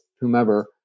whomever